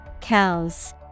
Cows